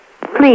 Please